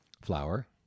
flour